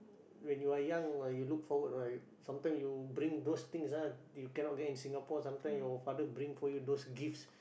when you are young uh you look forward right sometime you bring those things ah you cannot get in Singapore sometime your father bring for you those gifts